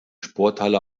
sporthalle